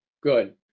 Good